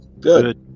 Good